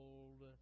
Old